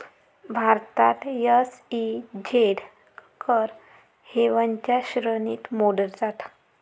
भारतात एस.ई.झेड कर हेवनच्या श्रेणीत मोडतात